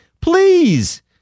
Please